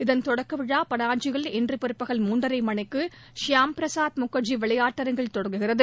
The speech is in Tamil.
இதன் தொடக்க விழா பனாஜியில் இன்று பிற்பகல் மூன்றரை மணிக்கு ஷியாம்பிரசாத் முகர்ஜி விளையாட்டு அரங்கில் தொடங்குகிறது